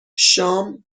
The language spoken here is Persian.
شام